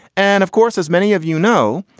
and of course, as many of you know,